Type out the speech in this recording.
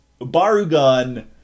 Barugan